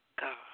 God